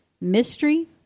Mystery